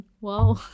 Wow